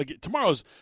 tomorrow's